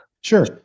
Sure